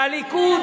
שהליכוד,